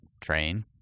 train